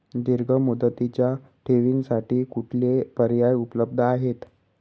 दीर्घ मुदतीच्या ठेवींसाठी कुठले पर्याय उपलब्ध आहेत?